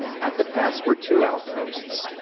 at the pass were two outposts,